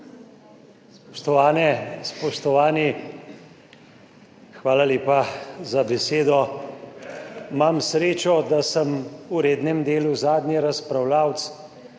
Spoštovane, spoštovani. Hvala lepa za besedo. Imam srečo, da sem v rednem delu zadnji razpravljavec